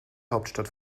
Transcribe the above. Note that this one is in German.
hauptstadt